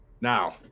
Now